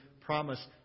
promise